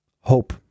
hope